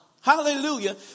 Hallelujah